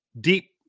deep